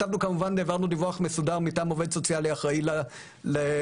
העברנו דיווח מסודר מטעם עובד סוציאלי אחראי של הרשות,